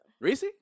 Reese